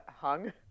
Hung